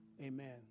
Amen